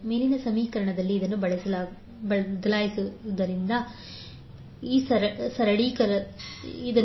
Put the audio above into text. ಮೇಲಿನ ಸಮೀಕರಣದಲ್ಲಿ ಇದನ್ನು ಬದಲಾಯಿಸುವುದರಿಂದ ನೀಡುತ್ತದೆ V2j22V1 j2